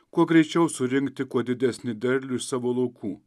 kuo greičiau surinkti kuo didesnį derlių iš savo laukų